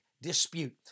dispute